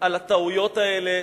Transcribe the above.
על הטעויות האלה,